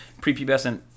prepubescent